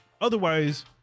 Otherwise